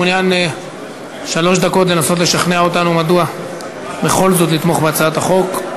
מעוניין לנסות לשכנע אותנו שלוש דקות מדוע בכל זאת לתמוך בהצעת החוק?